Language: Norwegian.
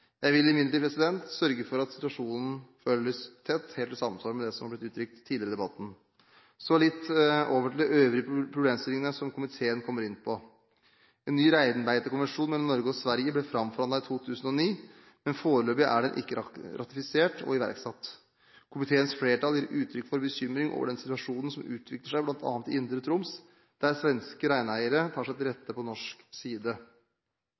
Jeg vil imidlertid sørge for at situasjonen følges tett, helt i samsvar med det som har blitt uttrykt tidligere i debatten. Så litt om de øvrige problemstillingene som komiteen kommer inn på. En ny reinbeitekonvensjon mellom Norge og Sverige ble framforhandlet i 2009, men foreløpig er den ikke ratifisert og iverksatt. Komiteens flertall gir uttrykk for bekymring over den situasjonen som utvikler seg bl.a. i indre Troms, der svenske reineiere tar seg til rette på norsk side.